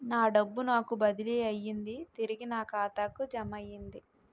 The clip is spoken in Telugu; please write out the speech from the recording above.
నా డబ్బు నాకు బదిలీ అయ్యింది తిరిగి నా ఖాతాకు జమయ్యింది